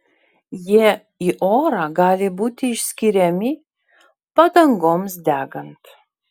jie į orą gali būti išskiriami padangoms degant